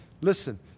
listen